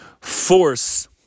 force